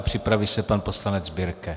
Připraví se pan poslanec Birke.